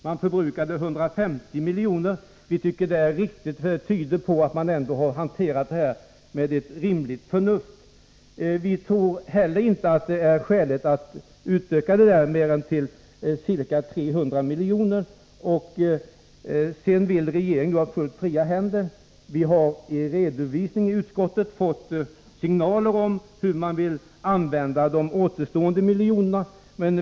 Man förbrukade 150 milj.kr. Vi tycker detta tyder på att man ändå har hanterat detta med ett rimligt mått av förnuft. Vi tror heller inte att det är skäligt att utöka detta till mer än ca 300 milj.kr. Regeringen vill ha helt fria händer. Men vi har vid redovisning i utskottet fått signaler om på vilket sätt man vill använda de återstående miljonerna.